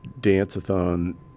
dance-a-thon